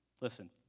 listen